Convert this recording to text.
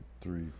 three